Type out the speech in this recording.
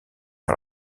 par